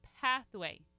pathway